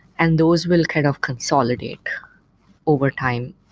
and those will kind of consolidate overtime.